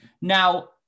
Now